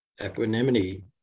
equanimity